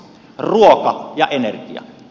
ruoka ja energia